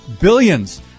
billions